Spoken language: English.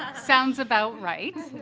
ah sounds about right.